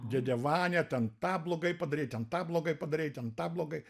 dėdė vania ten tą blogai padarei ten tą blogai padarei ten tą blogai